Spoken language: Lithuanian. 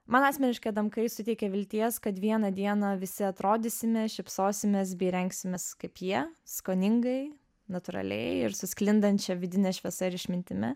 man asmeniškai adamkai suteikė vilties kad vieną dieną visi atrodysime šypsosimės bei rengsimės kaip jie skoningai natūraliai ir su sklindančia vidine šviesa ir išmintimi